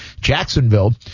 Jacksonville